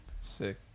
Sick